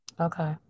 Okay